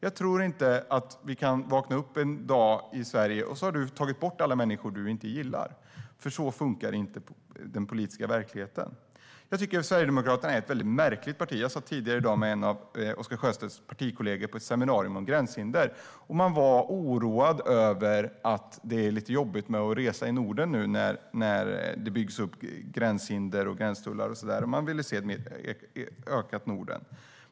Jag tror inte att vi kan vakna upp en dag i Sverige och se att du har tagit bort alla människor som du inte gillar. Så funkar inte den politiska verkligheten. Jag tycker att Sverigedemokraterna är ett väldigt märkligt parti. Jag satt tidigare i dag bredvid en av Oscar Sjöstedts partikollegor på ett seminarium om gränshinder. Man var oroad över att det är jobbigt att resa i Norden nu när det byggs upp gränshinder och gränstullar. Man ville se ett ökat samarbete i Norden.